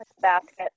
basket